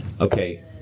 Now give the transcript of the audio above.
Okay